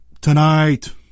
Tonight